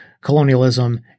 colonialism